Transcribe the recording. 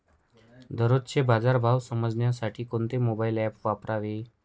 दररोजचे बाजार भाव समजण्यासाठी कोणते मोबाईल ॲप वापरावे?